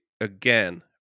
again